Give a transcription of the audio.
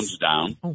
down